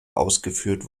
ausgeführt